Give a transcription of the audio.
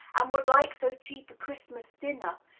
and would like so cheap a christmas dinner,